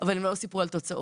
אבל הם לא סיפרו על תוצאות.